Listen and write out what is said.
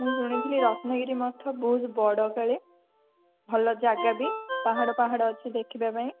ମୁଁ ଶୁଣିଥିଲି ରତ୍ନଗିରି ମଠ ବହୁତ ବଡ଼ କାଳେ ଭଲ ଜାଗା ବି ପାହାଡ଼ ପାହାଡ଼ ଅଛି ଦେଖିବା ପାଇଁ